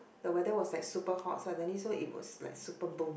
the weather was like super hot suddenly so it was like super boom